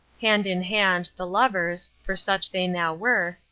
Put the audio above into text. hand in hand the lovers, for such they now were,